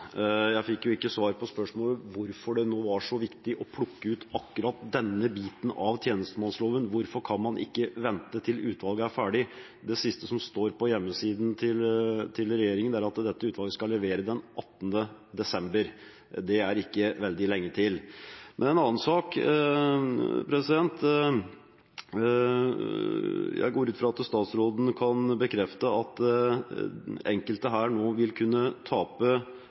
Jeg fikk jo ikke svar på spørsmålet, hvorfor det nå var så viktig å plukke ut akkurat denne biten av tjenestemannsloven. Hvorfor kan man ikke vente til utvalget er ferdig? Det siste som står på hjemmesiden til regjeringen, er at dette utvalget skal levere den 18. desember. Det er ikke veldig lenge til. Men en annen sak: Jeg går ut fra at statsråden kan bekrefte at enkelte her nå vil kunne tape